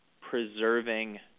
preserving